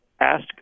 ask